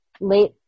Late